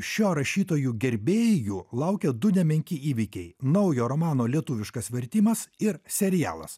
šio rašytojo gerbėjų laukia du nemenki įvykiai naujo romano lietuviškas vertimas ir serialas